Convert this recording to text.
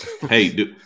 Hey